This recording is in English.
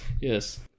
Yes